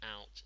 out